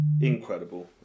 incredible